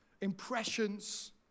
Impressions